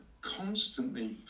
constantly